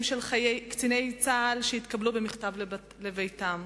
של קציני צה"ל שהתקבלו במכתב לביתם.